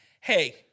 hey